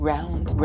Round